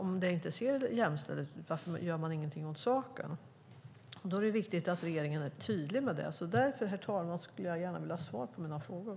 Om det inte ser jämställt ut, varför gör man ingenting åt saken? Det är viktigt att regeringen är tydlig med detta, och därför, herr talman, skulle jag vilja ha svar på mina frågor.